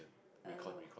err no